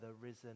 risen